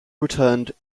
returned